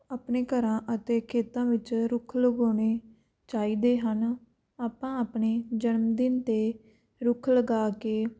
ਆਪਣੇ ਘਰਾਂ ਅਤੇ ਖੇਤਾਂ ਵਿੱਚ ਰੁੱਖ ਲਗਾਉਣੇ ਚਾਹੀਦੇ ਹਨ ਆਪਾਂ ਆਪਣੇ ਜਨਮ ਦਿਨ 'ਤੇ ਰੁੱਖ ਲਗਾ ਕੇ